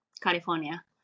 california